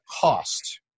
cost